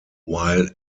while